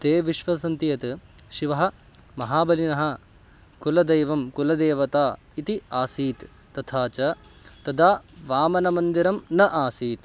ते विश्वसन्ति यत् शिवः महाबलिनः कुलदैवं कुलदेवता इति आसीत् तथा च तदा वामनमन्दिरं न आसीत्